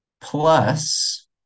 plus